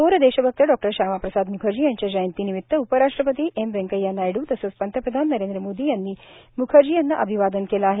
थोर देशभक्त डॉ श्यामाप्रसाद म्खर्जी यांच्या जयंतीनिमित उपराष्ट्रपती एम व्यंकय्या नायडू तसंच पंतप्रधान नरेंद्र मोदी यांनी म्खर्जी यांना अभिवादन केलं आहे